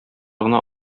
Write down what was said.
гына